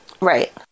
Right